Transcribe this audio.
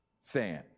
sand